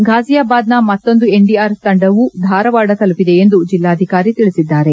ಫಾಜಿಯಾ ಬಾದ್ನ ಮತ್ತೊಂದು ಎನ್ಡಿಆರ್ಎಫ್ ತಂಡವು ಧಾರವಾಡ ತಲುಪಿದೆ ಎಂದು ಜಿಲ್ಲಾಧಿಕಾರಿ ತಿಳಿಸಿದ್ದಾರೆ